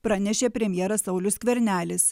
pranešė premjeras saulius skvernelis